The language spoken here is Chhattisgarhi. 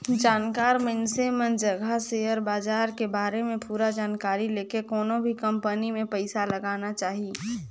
जानकार मइनसे मन जघा सेयर बाजार के बारे में पूरा जानकारी लेके कोनो भी कंपनी मे पइसा लगाना चाही